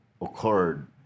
occurred